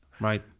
right